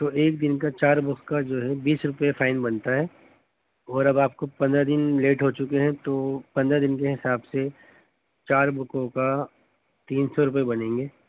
تو ایک دن کا چار بک کا جو ہے بیس روپے فائن بنتا ہے اور اب آپ کو پندرہ دن لیٹ ہو چکے ہیں تو پندرہ دن کے حساب سے چار بکوں کا تین سو روپے بنیں گے